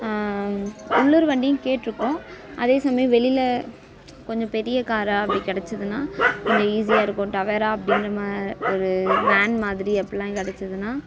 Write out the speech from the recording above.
உள்ளூர் வண்டியும் கேட்யிருக்கோம் அதே சமயம் வெளியில கொஞ்சம் பெரிய காராக அப்படி கிடச்சதுனா கொஞ்சம் ஈசியாக இருக்கும் டவேரா அப்படின்ற மா ஒரு வேன் மாதிரி அப்படிலாம் கிடச்சிதுனா